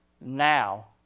now